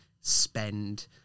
spend